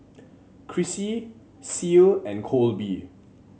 Crissy Ceil and Kolby